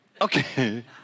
Okay